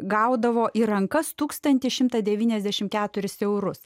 gaudavo į rankas tūkstantį šimtą devyniasdešimt keturis eurus